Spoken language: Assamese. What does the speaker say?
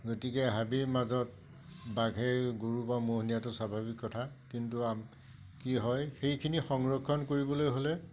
গতিকে হাবিৰ মাজত বাঘে গৰু বা ম'হ নিয়াটো স্বাভাৱিক কথা কিন্তু কি হয় সেইখিনি সংৰক্ষণ কৰিবলৈ হ'লে